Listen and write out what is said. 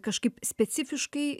kažkaip specifiškai